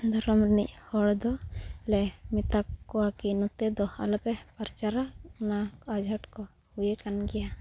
ᱫᱷᱚᱨᱚᱢ ᱨᱤᱱᱤᱡ ᱦᱚᱲ ᱫᱚ ᱞᱮ ᱢᱮᱛᱟ ᱠᱚᱣᱟ ᱠᱤ ᱱᱚᱛᱮ ᱫᱚ ᱟᱞᱚᱯᱮ ᱯᱨᱚᱪᱟᱨᱟ ᱚᱱᱟ ᱟᱸᱡᱷᱟᱴ ᱠᱚ ᱦᱩᱭ ᱟᱠᱟᱱ ᱜᱮᱭᱟ